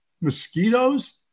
mosquitoes